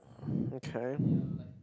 okay